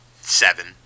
seven